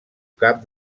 cap